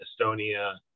Estonia